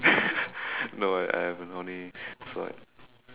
no I I haven't only it's like